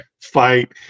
fight